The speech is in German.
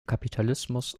kapitalismus